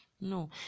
No